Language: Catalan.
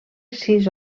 sis